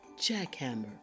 Jackhammer